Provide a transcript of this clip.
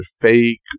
fake